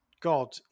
God